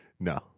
No